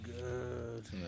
good